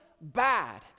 bad